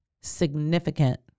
significant